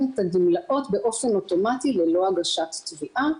את הגמלאות באופן אוטומטי ללא הגשת תביעה.